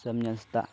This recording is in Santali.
ᱥᱟᱹᱢᱤᱭᱟ ᱦᱟᱸᱥᱫᱟ